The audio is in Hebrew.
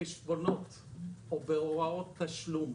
בחשבונות או בהוראות תשלום